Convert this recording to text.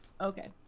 Okay